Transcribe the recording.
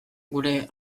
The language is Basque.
gure